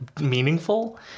meaningful